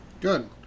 Good